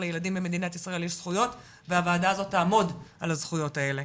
לילדים במדינת ישראל יש זכויות והוועדה הזאת תעמוד על הזכויות האלה.